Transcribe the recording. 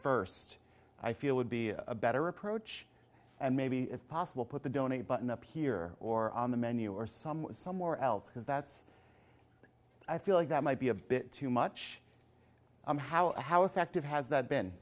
first i feel would be a better approach and maybe if possible put the donate button up here or on the menu or some somewhere else because that's i feel like that might be a bit too much how how effective has that been